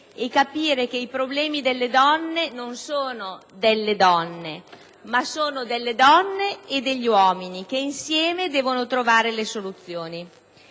e capire che i problemi delle donne non sono solo delle donne, ma sono delle donne e degli uomini, che insieme devono trovare le soluzioni.